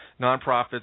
nonprofits